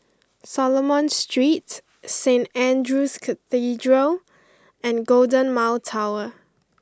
Solomon Street Saint Andrew's Cathedral and Golden Mile Tower